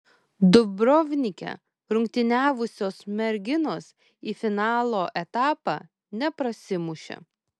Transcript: dubrovnike rungtyniavusios merginos į finalo etapą neprasimušė